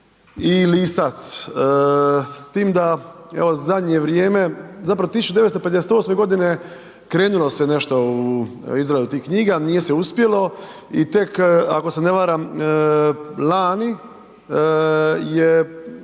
i Lisac s tim da evo zadnje vrijeme, zapravo 1958.g. krenulo se nešto u izradu tih knjiga, nije se uspjelo i tek, ako se ne varam, lani je,